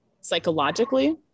psychologically